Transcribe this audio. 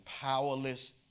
powerless